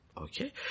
Okay